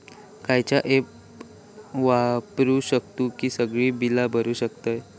खयचा ऍप वापरू शकतू ही सगळी बीला भरु शकतय?